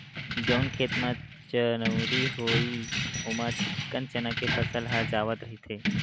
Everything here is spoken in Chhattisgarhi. जउन खेत म चनउरी होइस ओमा चिक्कन चना के फसल ह जावत रहिथे